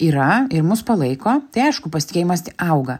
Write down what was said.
yra ir mus palaiko tai aišku pasitikėjimas auga